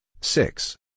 Six